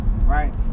Right